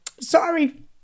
Sorry